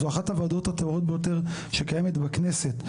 זאת אחת הוועדות הטהורות ביותר שקיימת בכנסת,